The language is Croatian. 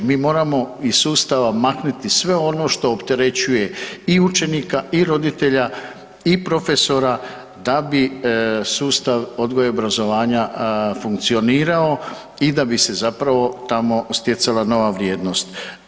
Mi moramo iz sustava maknuti sve ono što opterećuje i učenika i roditelja i profesora, da bi sustav odgoja i obrazovanja funkcionirao i da bi se zapravo tamo stjecala nova vrijednost.